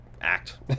act